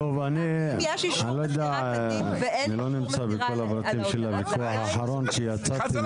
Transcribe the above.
(היו"ר ווליד טאהא) אני לא נמצא בכל פרטי הוויכוח האחרון כי יצאתי.